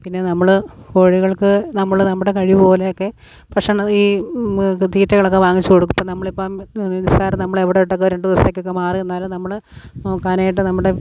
പിന്നെ നമ്മൾ കോഴികൾക്ക് നമ്മൾ നമ്മുടെ കഴിവ് പോലെയെക്കെ ഭക്ഷണ ഈ തീറ്റകളൊക്കെ വാങ്ങിച്ച് കൊടുക്കും ഇപ്പം നമ്മളിപ്പം നിസ്സാരം നമ്മൾ എവിടെയോട്ടൊക്കെ രണ്ട് ദിവസത്തേക്കൊക്കെ മാറി നിന്നാലും നമ്മൾ നോക്കാനായിട്ട് നമ്മുടെ